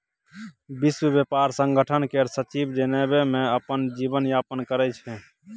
विश्व ब्यापार संगठन केर सचिव जेनेबा मे अपन जीबन यापन करै छै